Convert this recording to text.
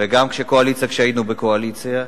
וגם כקואליציה כשהיינו בקואליציה,